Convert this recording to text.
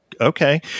okay